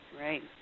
Right